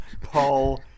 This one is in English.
Paul